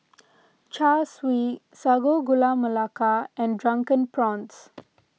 Char Siu Sago Gula Melaka and Drunken Prawns